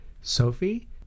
Sophie